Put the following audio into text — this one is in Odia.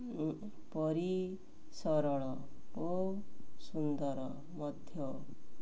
ପରି ସରଳ ଓ ସୁନ୍ଦର ମଧ୍ୟ